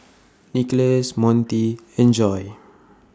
Nicholas Monty and Joi